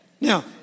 Now